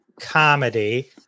comedy